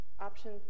Option